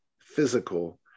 physical